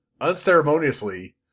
unceremoniously